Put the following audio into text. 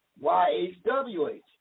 YHWH